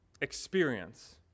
experience